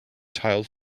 tiled